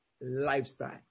lifestyle